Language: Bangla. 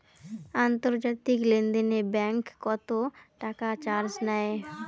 আন্তর্জাতিক লেনদেনে ব্যাংক কত টাকা চার্জ নেয়?